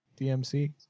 dmc